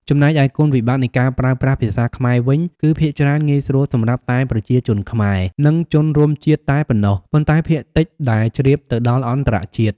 ចំណែកឯគុណវិបត្តិនៃការប្រើប្រាស់ភាសាខ្មែរវិញ គឺភាគច្រើនងាយស្រួលសម្រាប់តែប្រជាជនខ្មែរនិងជនរួមជាតិតែប៉ុណ្ណោះ ប៉ុន្តែភាគតិចដែលជ្រាបទៅដល់អន្តរជាតិ។